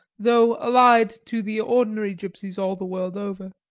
though allied to the ordinary gipsies all the world over.